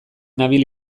nabil